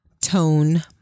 tone